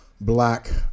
black